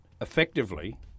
Effectively